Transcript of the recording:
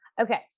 Okay